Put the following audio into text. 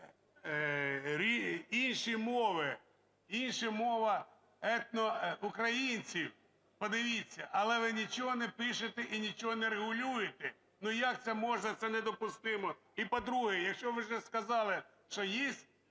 інші мови, інша мова - етноукраїнців. Подивіться. Але ви нічого не пишете і нічого не регулюєте. Ну як це можна? Це недопустимо! І, по-друге, якщо ви вже сказали, що